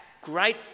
great